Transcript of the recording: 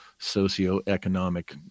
socioeconomic